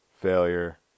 failure